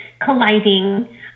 colliding